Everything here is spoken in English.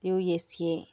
USA